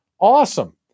Awesome